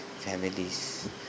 families